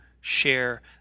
share